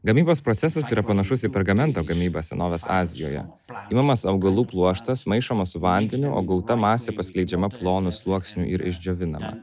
gamybos procesas yra panašus į pergamento gamyba senovės azijoje paimamas augalų pluoštas maišomas su vandeniu o gauta masė paskleidžiama plonu sluoksniu ir išdžiovina